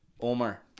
Omar